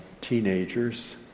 teenagers